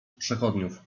przechodniów